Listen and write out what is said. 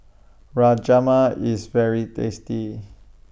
Rajma IS very tasty